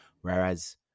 Whereas